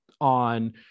on